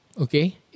okay